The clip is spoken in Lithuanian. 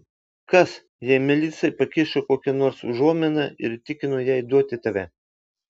kas jei melisai pakišo kokią nors užuominą ir įtikino ją įduoti tave